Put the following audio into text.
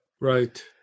Right